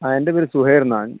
ആ എൻ്റെ പേര് സുഹൈർ എന്നാണ്